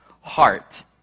heart